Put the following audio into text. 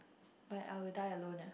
but I will die alone ah